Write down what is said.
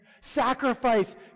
Sacrifice